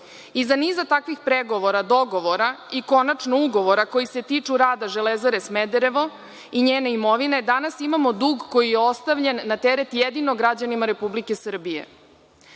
Iza niza takvih pregovora, dogovora i konačno ugovora koji se tiču rada „Železare Smederevo“ i njene imovine, danas imamo dug koji je ostavljen na teret jedino građanima Republike Srbije. Kada